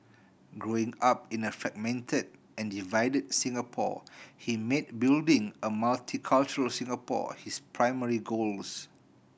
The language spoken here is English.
growing up in a fragmented and divided Singapore he made building a multicultural Singapore his primary goals